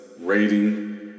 rating